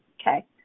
Okay